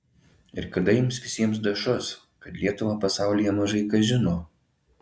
ir kada jums visiems dašus kad lietuvą pasaulyje mažai kas žino